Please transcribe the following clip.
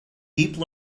deep